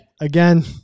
again